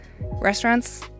restaurants